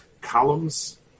columns